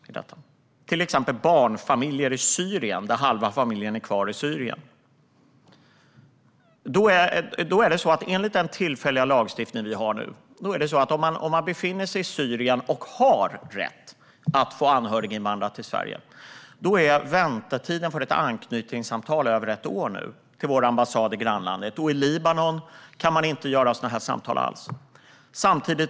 Det gäller till exempel barnfamiljer där halva familjen är kvar i Syrien. Om man befinner sig i Syrien och har rätt att anhöriginvandra till Sverige är väntetiden för ett anknytningssamtal vid vår ambassad i grannlandet nu över ett år med den tillfälliga lagstiftning vi har. I Libanon kan man inte göra sådana här samtal alls.